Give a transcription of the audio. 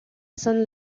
san